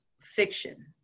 fiction